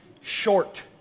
short